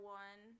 one